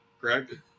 Greg